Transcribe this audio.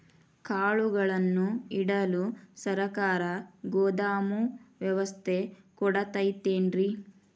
ಕಾಳುಗಳನ್ನುಇಡಲು ಸರಕಾರ ಗೋದಾಮು ವ್ಯವಸ್ಥೆ ಕೊಡತೈತೇನ್ರಿ?